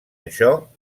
això